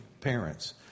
parents